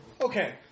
Okay